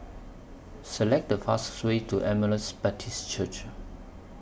Select The fastest Way to Emmaus Baptist Church